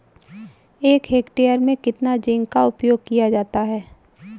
एक हेक्टेयर में कितना जिंक का उपयोग किया जाता है?